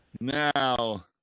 Now